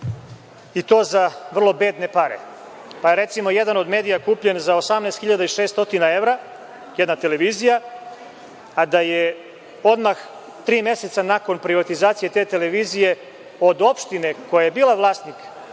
i to za vrlo bedne pare. Recimo, jedan od medija je kupljen za 18.600 evra, jedna televizija. Odmah, tri meseca nakon privatizacije te televizije, od opštine koja je bila vlasnik